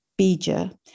Bija